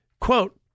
Quote